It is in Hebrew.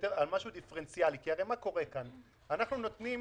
לדון עכשיו עם אנשים, אז אנחנו נצטרך שעתיים